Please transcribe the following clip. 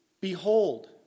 Behold